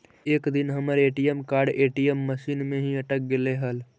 एक दिन हमर ए.टी.एम कार्ड ए.टी.एम मशीन में ही अटक गेले हल